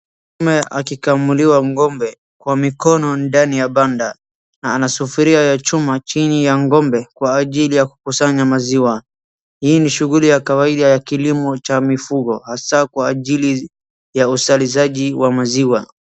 Mume akikamuliwa ng'ombe kwa mikono ndani ya banda na ana sufuria ya chuma chini ya ng'ombe kwa ajili ya kukusanya maziwa. Hii ni shughuli ya kawaida ya kilimo cha mifugo hasa kwa ajili ya usalizaji wa maziwa.